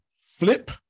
Flip